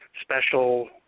special